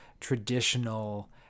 traditional